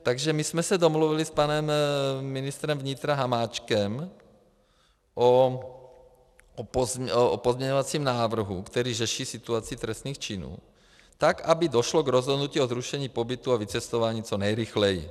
Takže my jsme se domluvili s panem ministrem vnitra Hamáčkem o pozměňovacím návrhu, který řeší situaci trestných činů tak, aby došlo k rozhodnutí o zrušení pobytu a vycestování co nejrychleji.